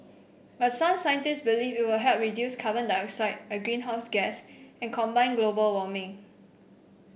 but some scientists believe it will help reduce carbon dioxide a greenhouse gas and combat global warming